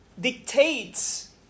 dictates